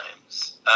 times